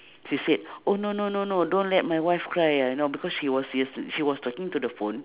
she said oh no no no no don't let my wife cry uh you know because she was use she was talking to the phone